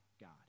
God